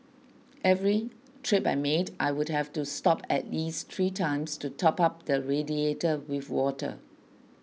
every trip I made I would have to stop at least three times to top up the radiator with water